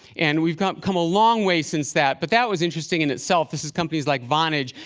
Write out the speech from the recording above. and we've come come a long way since that. but that was interesting in itself. this is companies like vonage.